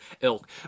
ilk